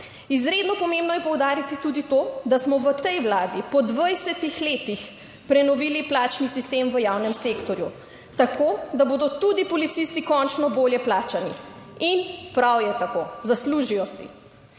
Izredno pomembno je poudariti tudi to, da smo v tej vladi po 20 letih prenovili plačni sistem v javnem sektorju, tako da bodo tudi policisti končno bolje plačani in prav je tako. Zaslužijo si.